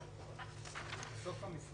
ב(1).